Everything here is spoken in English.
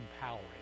empowering